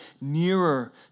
nearer